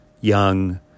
young